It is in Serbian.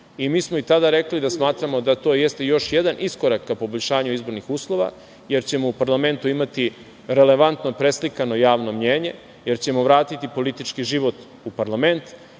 smo i tada rekli da smatramo da to jeste još jedan iskorak ka poboljšanju izbornih uslova, jer ćemo u parlamentu imati relevantno preslikano javno mnjenje, jer ćemo vratiti politički život u parlament.